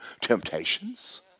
temptations